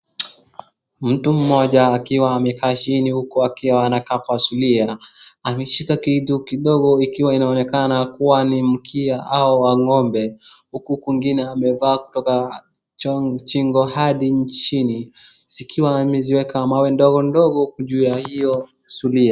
Mtu mmoja akiwa amekaa chini huku akiwa anakaa kwa zulia. Ameshika kitu kidogo ikiwa inaonekana kuwa ni mkia au wa ng'ombe. Huku kwingine amevaa kutoka shingo hadi chini. Zikiwa ameziweka mawe ndogo ndogo juu ya hiyo zulia.